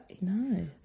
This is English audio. No